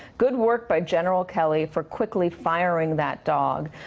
good work by general kelly for quickly firing that dog.